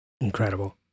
Incredible